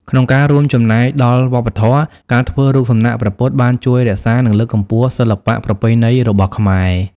ក្នុងការរួមចំណែកដល់វប្បធម៌ ការធ្វើរូបសំណាកព្រះពុទ្ធបានជួយរក្សានិងលើកកម្ពស់សិល្បៈប្រពៃណីរបស់ខ្មែរ។